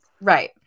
Right